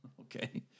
Okay